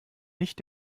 nicht